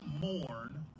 mourn